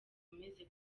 bakomeze